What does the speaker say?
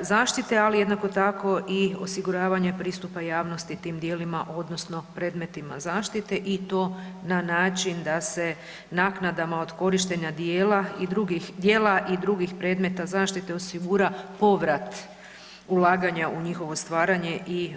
zaštite, ali jednako tako i osiguravanje pristupa javnosti tim djelima odnosno predmetima zaštite i to na način da se naknadama od korištenja djela i drugih djela i drugih predmeta zaštite osigura povrat ulaganja u njihovo stvaranje i